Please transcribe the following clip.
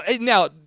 Now